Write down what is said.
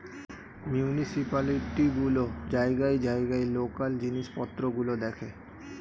municipality গুলো জায়গায় জায়গায় লোকাল জিনিসপত্র গুলো দেখে